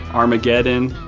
armageddon,